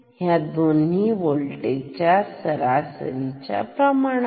ह्या दोन्ही होल्टेजच्या सरासरीच्या काही प्रमाणात